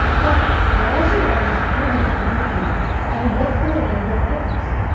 but what also matters is how you're gonna communicate it and in what form are you gonna monetize it?